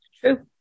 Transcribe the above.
True